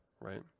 right